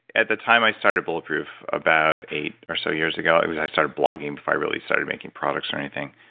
at the time i started bulletproof about eight or so years ago, it was i started blogging before i really started making products or anything.